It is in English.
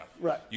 Right